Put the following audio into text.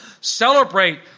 celebrate